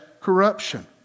corruption